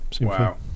wow